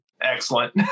Excellent